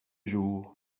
jour